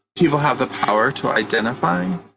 people have the power to identify,